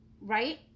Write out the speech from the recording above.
right